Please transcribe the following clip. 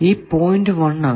ഈ പോയിന്റ് 1 ആണ്